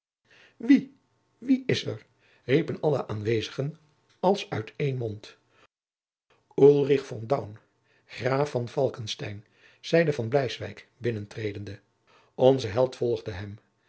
wie wie is er riepen alle aanwezigen als uit één mond ulrich von daun graaf van falckestein zeide van bleiswyk binnentredende onze held volgde hem